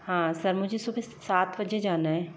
हाँ सर मुझे सुबह सात बजे जाना है